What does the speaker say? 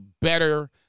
better